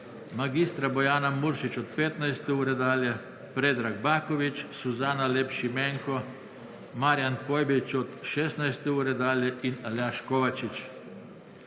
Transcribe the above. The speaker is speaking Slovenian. mag. Bojana Muršič od 15. ure dalje, Predrag Baković, Suzana Lep Šimenko, Marijan Pojbič od 16. ure dalje in Aljaž Kovačič.